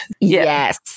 Yes